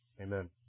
Amen